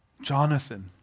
Jonathan